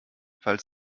falls